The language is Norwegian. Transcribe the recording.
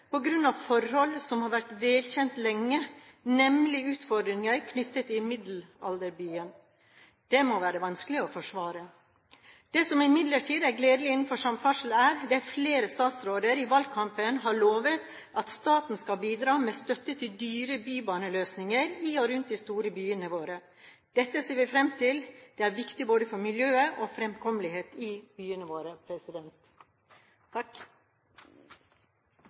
av forhold som har vært velkjent lenge, nemlig utfordringer knyttet til Middelalderbyen. Det må være vanskelig å forsvare. Det som imidlertid er gledelig innenfor samferdsel, er: Det er flere statsråder som i valgkampen har lovet at staten skal bidra med støtte til dyre bybaneløsninger i og rundt de store byene våre. Dette ser vi fram til, det er viktig både for miljøet og fremkommeligheten i byene våre.